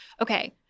Okay